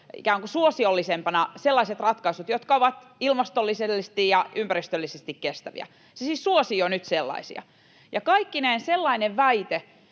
ikään kuin suosiollisempina sellaiset ratkaisut, jotka ovat ilmastollisesti ja ympäristöllisesti kestäviä. Se siis suosii jo nyt sellaisia. Kaikkineen sellainen väite...